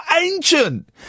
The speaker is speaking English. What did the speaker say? ancient